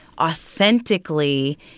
authentically